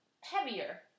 heavier